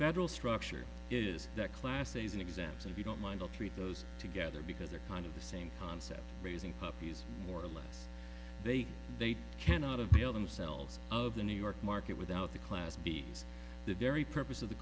federal structure is that class a's in exams if you don't mind i'll treat those together because they're kind of the same concept raising puppies more or less they they cannot avail themselves of the new york market without the class b the very purpose of the